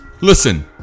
Listen